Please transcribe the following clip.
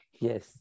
yes